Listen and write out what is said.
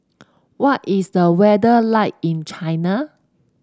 what is the weather like in China